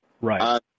right